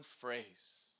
phrase